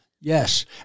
Yes